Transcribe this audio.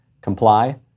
comply